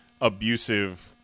abusive